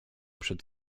przed